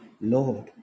Lord